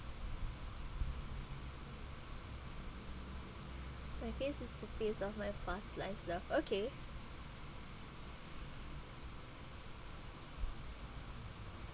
my face is to preserve past life lah okay